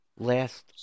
Last